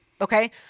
okay